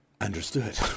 understood